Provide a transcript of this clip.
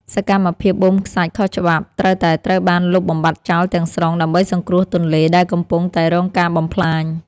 សកម្មភាពបូមខ្សាច់ខុសច្បាប់ត្រូវតែត្រូវបានលុបបំបាត់ចោលទាំងស្រុង ដើម្បីសង្គ្រោះទន្លេដែលកំពុងតែរងការបំផ្លាញ។